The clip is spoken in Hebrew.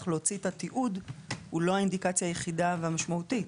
להוציא את התיעוד הוא לא האינדיקציה היחידה והמשמעותית.